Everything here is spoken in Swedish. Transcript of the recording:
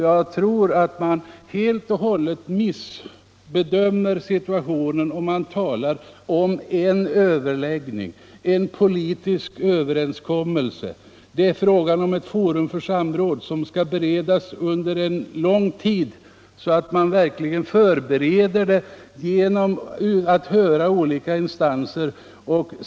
Jag tror att man helt och hållet felbedömer situationen, om man talar om en överläggning och en politisk överenskommelse; det är i stället fråga om ett forum för samråd, som skall organiseras så långt i förväg att man noga kan förbereda besluten genom att höra olika instanser.